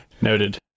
Noted